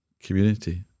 Community